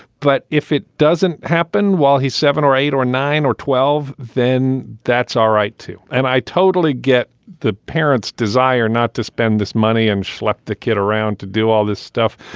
but if it doesn't happen while he's seven or eight or nine or twelve, then that's all right, too. and i totally get the parents desire not to spend this money and select the kid around to do all this stuff.